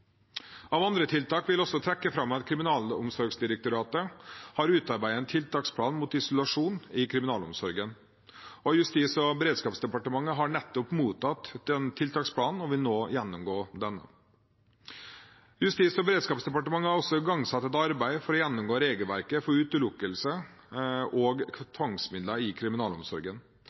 Av andre tiltak vil jeg også trekke fram at Kriminalomsorgsdirektoratet har utarbeidet en tiltaksplan mot isolasjon i kriminalomsorgen. Justis- og beredskapsdepartementet har nettopp mottatt den tiltaksplanen og vil nå gjennomgå denne. Justis- og beredskapsdepartementet har også igangsatt et arbeid for å gjennomgå regelverket for utelukkelse og tvangsmidler i kriminalomsorgen.